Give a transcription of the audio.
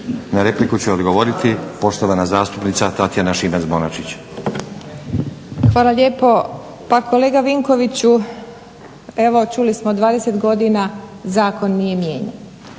Na repliku će odgovoriti poštovana zastupnica Tatjana Šimac-Bonačić. **Šimac Bonačić, Tatjana (SDP)** Hvala lijepo. Pa kolega Vinkoviću evo čuli smo 20 godina zakon nije mijenjan.